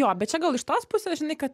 jo bet čia gal iš tos pusės žinai kad